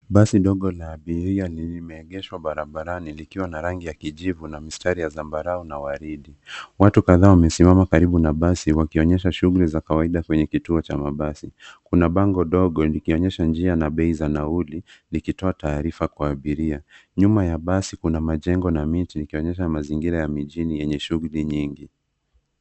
Basi dogo la abiria limeegeshwa barabarani likiwa na rangi ya kijivu na mistari ya zambarau na waridi. Watu kadhaa wamesimama karibu na basi wakionyesha shughuli za kawaida kwenye kituo cha mabasi. Kuna bango ndogo likionyesha njia na bei za nauli likitoa taarifa kwa abiria. Nyuma ya basi kuna majengo na miti ikionyesha mazingira ya mijini yenye shughuli nyingi.